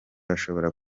bashobora